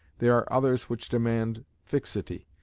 there are others which demand fixity,